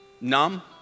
numb